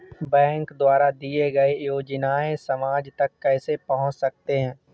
Bank द्वारा दिए गए योजनाएँ समाज तक कैसे पहुँच सकते हैं?